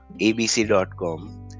abc.com